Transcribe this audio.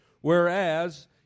Whereas